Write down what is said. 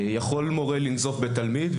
יכול מורה לנזוף בתלמיד,